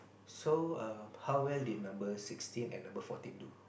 so um how well did number sixteen and number fourteen do